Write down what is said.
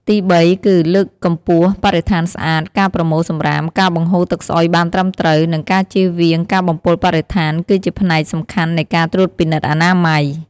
ទីបី គឺ លើកកម្ពស់បរិស្ថានស្អាត ការប្រមូលសំរាម ការបង្ហូរទឹកស្អុយបានត្រឹមត្រូវ និងការជៀសវាងការបំពុលបរិស្ថាន គឺជាផ្នែកសំខាន់នៃការត្រួតពិនិត្យអនាម័យ។